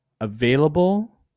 available